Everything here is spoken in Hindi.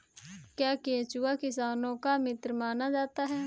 क्या केंचुआ किसानों का मित्र माना जाता है?